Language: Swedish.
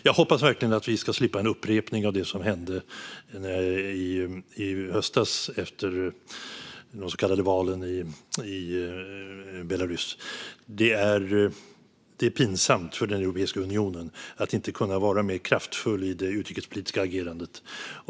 Jag hoppas verkligen att vi ska slippa en upprepning av det som hände i höstas efter de så kallade valen i Belarus. Det är pinsamt för Europeiska unionen att inte kunna vara mer kraftfull i det utrikespolitiska agerandet.